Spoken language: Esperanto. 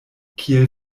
kiel